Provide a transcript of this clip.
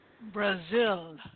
Brazil